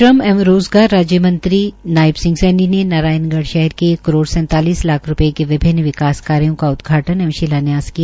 श्रम एवं रोज़गार राज्य मंत्री नायब सिंह सैनी ने नारायाणगढ़ शहर के एक करोड़ सैंतालिस लाख रूपये के विभिन्न विकास कार्यो का उदघाटन एवं शिलान्यास किया